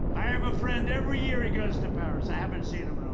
i have a friend, every year he goes to paris. i haven't seen him in and